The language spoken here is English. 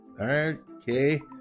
okay